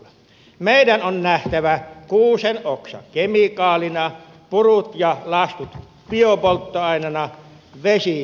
meidän on nähtävä kuusenoksa kemikaalina purut ja lastut biopolttoaineena vesi lämmön lähteenä